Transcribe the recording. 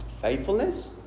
Faithfulness